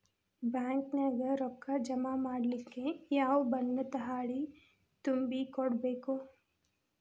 Bank ನ್ಯಾಗ ರೊಕ್ಕಾ ಜಮಾ ಮಾಡ್ಲಿಕ್ಕೆ ಯಾವ ಬಣ್ಣದ್ದ ಹಾಳಿ ತುಂಬಿ ಕೊಡ್ಬೇಕು?